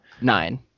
Nine